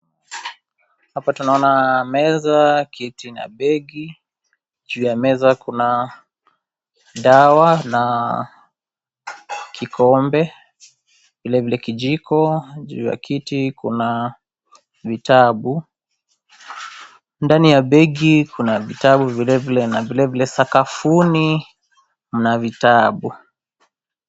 Hapa tunaona meza kiti na begi juu ya meza kuna dawa na kikombe vile vile kijiko juu ya kiti kuna vitabu ndani ya begi kuna vitabu vile vile na sakafuni muna vitabu.